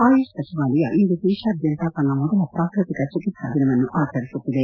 ಆಯುಷ್ ಸಚಿವಾಲಯ ಇಂದು ದೇತಾದ್ಯಂತ ತನ್ನ ಮೊದಲ ಪ್ರಾಕೃತಿಕ ಚಿಕಿತ್ಸಾ ದಿನವನ್ನು ಆಚರಿಸುತ್ತಿದೆ